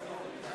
נתקבל.